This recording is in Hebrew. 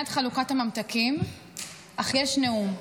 דוד, אני מבינה את חלוקת הממתקים אך יש נאום.